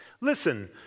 Listen